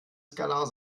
skalar